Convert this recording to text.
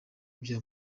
byo